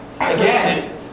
Again